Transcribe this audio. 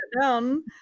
down